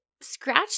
scratched